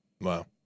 Wow